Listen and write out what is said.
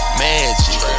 magic